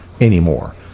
anymore